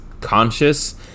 conscious